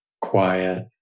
quiet